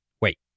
Wait